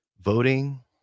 Voting